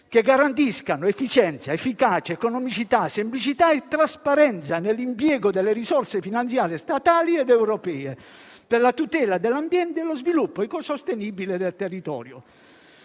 che garantiscano efficienza, efficacia, economicità, semplicità e trasparenza nell'impiego delle risorse finanziarie statali ed europee per la tutela dell'ambiente e lo sviluppo ecosostenibile del territorio.